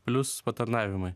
plius patarnavimai